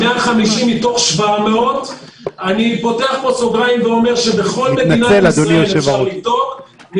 150 מתוך 700. אני פותח פה סוגריים ואומר שבכל מדינת ישראל אפשר לבדוק,